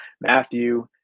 Matthew